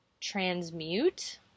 transmute